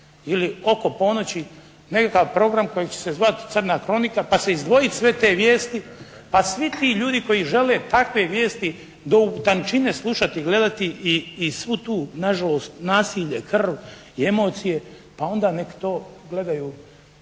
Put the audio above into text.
ili oko ponoći nekakav program koji će se zvati crna kronika pa se izdvojiti sve te vijesti, pa svi ti ljudi koji žele takve vijesti do u tančine slušati i gledati svu tu na žalost nasilje, krv i emocije pa onda nek to gledaju